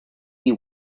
you